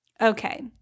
Okay